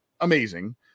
amazing